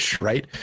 right